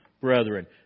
brethren